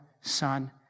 Son